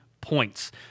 points